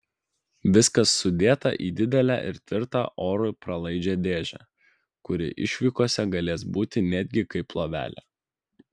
viskas sudėta į didelę ir tvirtą orui pralaidžią dėžę kuri išvykose galės būti netgi kaip lovelė